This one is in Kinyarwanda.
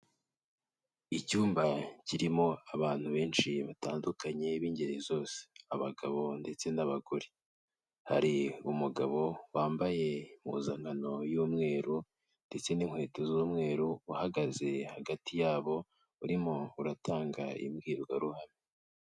Icyumba kirimo abantu benshi batandukanye b'ingeri zose, abagabo ndetse n'abagore, hari b'umugabo wambaye impuzankano y'umweru ndetse n'inkweto z'umweru, uhagaze hagati yabo, urimo uratanga imbwirwaruhame.